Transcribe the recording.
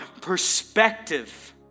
perspective